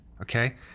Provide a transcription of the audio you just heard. okay